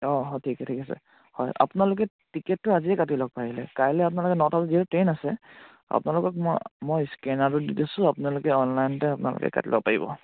অঁ অঁ ঠিক ঠিক আছে হয় আপোনালোকে টিকেটটো আজিয়ে কাটি লওক পাৰিলে কাইলে আপোনালোকে নটাত যিহেতু ট্ৰেইন আছে আপোনালোকক মই মই স্কেনাৰটো দি থৈছোঁ আপোনালোকে অনলাইনতে আপোনালোকে কাটি ল'ব পাৰিব